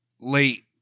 late